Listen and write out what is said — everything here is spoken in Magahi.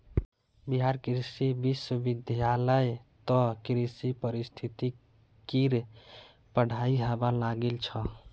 बिहार कृषि विश्वविद्यालयत कृषि पारिस्थितिकीर पढ़ाई हबा लागिल छ